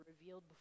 revealed